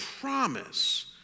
promise